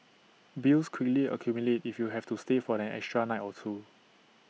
bills quickly accumulate if you have to stay for an extra night or two